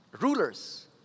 rulers